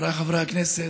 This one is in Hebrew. חבריי חברי הכנסת,